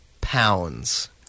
pounds